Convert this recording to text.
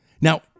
Now